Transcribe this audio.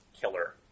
Killer